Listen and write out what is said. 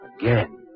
again